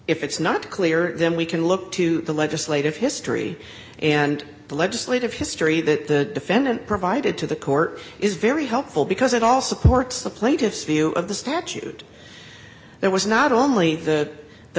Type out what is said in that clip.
if it's not clear then we can look to the legislative history and the legislative history that the defendant provided to the court is very helpful because it all supports the plaintiff's view of the statute that was not only the the